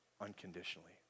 unconditionally